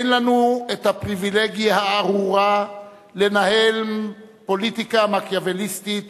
אין לנו הפריווילגיה הארורה לנהל פוליטיקה מקיאווליסטית,